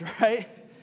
right